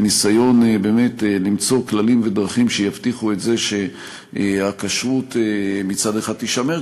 בניסיון למצוא כללים ודרכים שיבטיחו את זה שהכשרות מצד אחד תישמר,